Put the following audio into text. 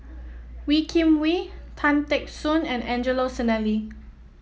Wee Kim Wee Tan Teck Soon and Angelo Sanelli